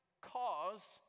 cause